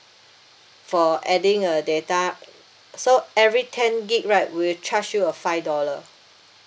for adding a data so every ten gig right we'll charge you a five dollar